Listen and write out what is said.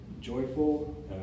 joyful